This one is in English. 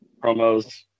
promos